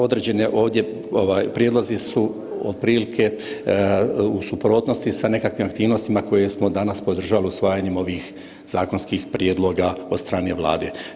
Određeni ovdje prijedlozi su otprilike u suprotnosti sa nekakvim aktivnostima koje smo danas podržali usvajanjem ovih zakonskih prijedloga od strane Vlade.